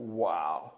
wow